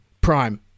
Prime